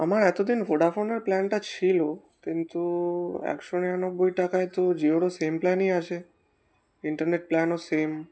আমার এতদিন ভোডাফোনের প্ল্যানটা ছিল কিন্তু একশো নিরানব্বই টাকায় তো জিওরও সেম প্ল্যানই আছে ইন্টারনেট প্ল্যানও সেম